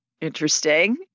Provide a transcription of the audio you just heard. interesting